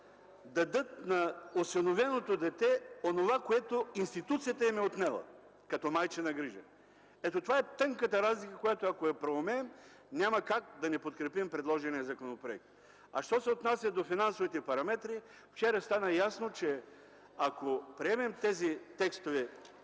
дадат на осиновеното дете онова, което институцията им е отнела като майчина грижа. Ето това е тънката разлика, която ако проумеем, няма как да не подкрепим предложения законопроект. Що се отнася до финансовите параметри, вчера стана ясно, че ако приемем тези текстове